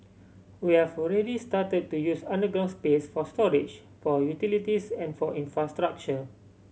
we're started to use underground space for storage for utilities and for infrastructure